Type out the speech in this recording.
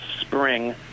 spring